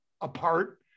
apart